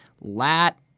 Lat